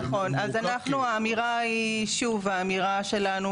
נכון אז אנחנו האמירה היא שוב האמירה שלנו